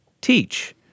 Teach